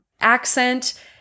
accent